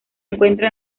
encuentra